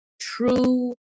true